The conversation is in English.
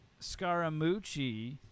Scaramucci